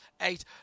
eight